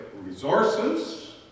Resources